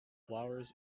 flowers